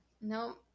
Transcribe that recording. No